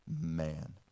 man